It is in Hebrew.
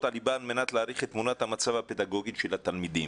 הליבה על מנת להעריך את תמונת המצב הפדגוגית של התלמידים.